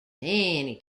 many